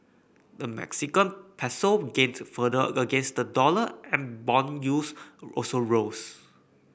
the Mexican peso gained further against the dollar and bond yields also rose